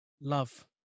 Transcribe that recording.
Love